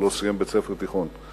הוא לא סיים בית-ספר תיכון.